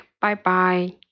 Bye-bye